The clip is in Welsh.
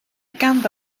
ganddo